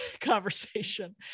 conversation